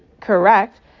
correct